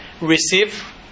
receive